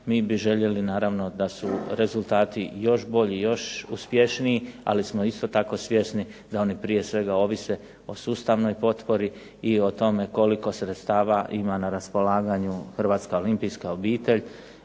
Mi bi željeli naravno da su rezultati još bolji, još uspješniji, ali smo isto tako svjesni da oni prije svega ovise o sustavnoj potpori i o tome koliko sredstava ima na raspolaganju Hrvatska olimpijska obitelj.